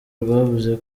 rwavuze